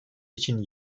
için